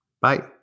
Bye